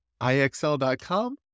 IXL.com